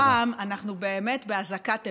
הפעם אנחנו באמת באזעקת אמת.